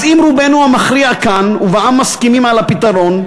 אז אם רובנו המכריע כאן ובעם מסכימים על הפתרון,